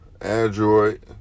Android